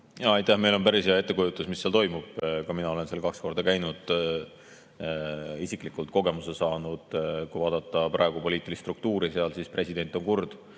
Aitäh! Meil on päris hea ettekujutus, mis seal toimub. Ka mina olen seal kaks korda käinud, isiklikult kogemuse saanud. Kui vaadata praegust poliitilist struktuuri, siis seal president on kurd,